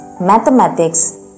mathematics